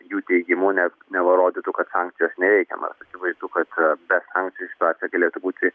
jų teigimu net neva rodytų kad sankcijos neiveikia nors akivaizdu kad be sankcijų situacija galėtų būti